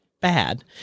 bad